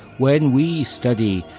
when we study,